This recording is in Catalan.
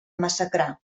massacrar